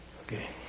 Okay